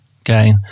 okay